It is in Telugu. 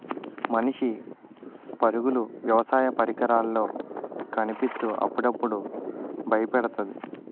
మనిషి పరుగులు వ్యవసాయ పరికరాల్లో కనిపిత్తు అప్పుడప్పుడు బయపెడతాది